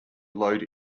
load